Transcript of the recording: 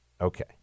Okay